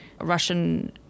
Russian